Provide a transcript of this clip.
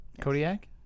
Kodiak